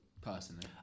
Personally